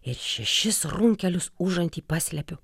ir šešis runkelius užanty paslepiu